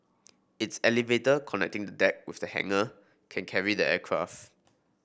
its elevator connecting the deck with the hangar can carry the aircraft